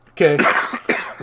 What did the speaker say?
Okay